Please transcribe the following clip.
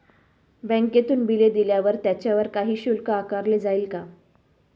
बँकेतून बिले दिल्यावर त्याच्यावर काही शुल्क आकारले जाईल का?